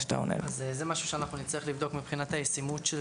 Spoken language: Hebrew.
זה משהו שאנחנו נצטרך לבדוק מבחינת הישימות של